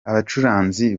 abacuranzi